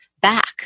back